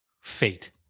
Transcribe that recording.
fate